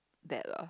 date lah